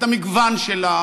את המגוון שלה,